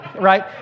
right